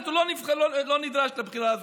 הוא לא נדרש לבחירה הזאת.